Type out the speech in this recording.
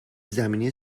زمینی